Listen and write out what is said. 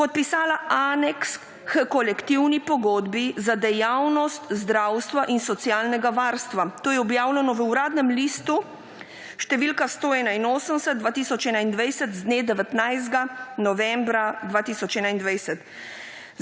podpisala aneks h kolektivni pogodbi za dejavnost zdravstva in socialnega varstva. To je objavljeno v Uradnem listu št. 181/2021 z dne 19. novembra 2021.